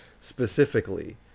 specifically